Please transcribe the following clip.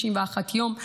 91 יום.